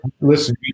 listen